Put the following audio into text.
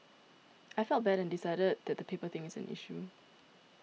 I felt bad and decided that the paper thing is an issue